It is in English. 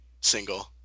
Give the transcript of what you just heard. single